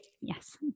Yes